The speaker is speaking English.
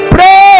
Pray